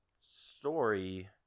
story